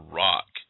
rock